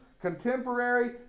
Contemporary